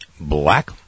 black